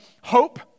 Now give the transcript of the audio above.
hope